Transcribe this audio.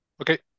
Okay